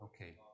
okay